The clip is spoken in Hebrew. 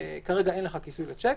כרגע אין לך כיסוי לשיק,